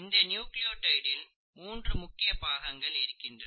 இந்த நியூக்ளியோடைடில் மூன்று முக்கிய பாகங்கள் இருக்கின்றன